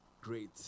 great